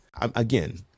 again